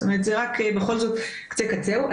זה רק בכל זאת קצה קצהו.